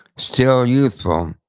still youthful, um